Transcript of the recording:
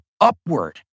upward